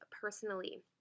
personally